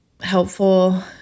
helpful